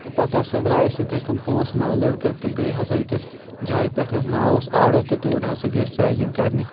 تہٕ پتہٕ ہسا درٛٲے أسۍ یِتھٔے کٔنۍ پونٛسہٕ نَو لڑکہٕ تہٕ گٔے ہسا أکِس جایہِ پؠٹھ یتھ ناو اوس آڑو تہٕ توڑۍ ہسا گٔے أسۍ ٹرٛیکنٛگ کرنہِ